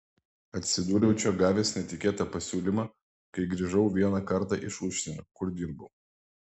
atsidūriau čia gavęs netikėtą pasiūlymą kai grįžau vieną kartą iš užsienio kur dirbau